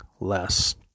less